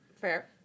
Fair